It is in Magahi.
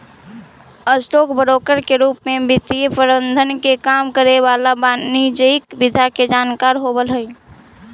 स्टॉक ब्रोकर के रूप में वित्तीय प्रबंधन के काम करे वाला वाणिज्यिक विधा के जानकार होवऽ हइ